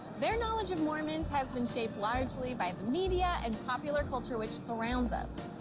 their knowledge of mormons has been shaped largely by the media and popular culture which surrounds us.